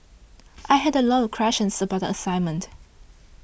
I had a lot of questions about the assignment